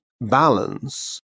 balance